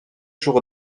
jour